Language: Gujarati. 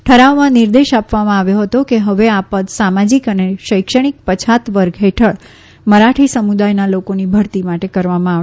ઠરાવમાં નિર્દેશ આપવામાં આવ્યો હતો કે હવે આ પદ સામાજિક અને શૈક્ષણિક પછાત વર્ગ હેઠળ મરાઠી સમુદાયના લોકોની ભરતી કરવામાં આવે